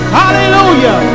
hallelujah